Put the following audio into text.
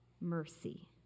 mercy